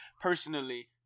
personally